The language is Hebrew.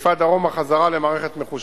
ומחיפה דרומה חזרה למערכת מחושמלת.